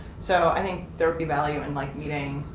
so i think there would be value in like meeting.